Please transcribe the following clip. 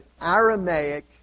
Aramaic